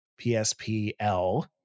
PSPL